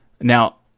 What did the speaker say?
Now